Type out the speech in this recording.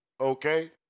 okay